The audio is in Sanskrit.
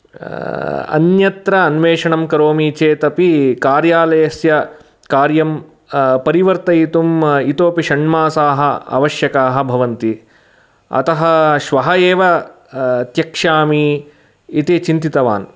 अन्यत्र अन्वेषणं करोमि चेत् अपि कार्यालयस्य कार्यं परिवर्तयितुम् इतोपि षण्मासाः अवश्यकाः भवन्ति अतः श्वः एव त्यक्ष्यामि इति चिन्तितवान्